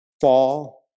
fall